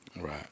right